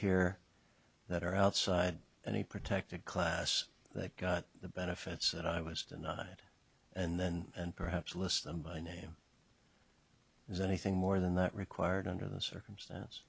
here that are outside any protected class that got the benefits that i was to not have it and perhaps list them by name is anything more than that required under the circumstance